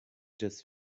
just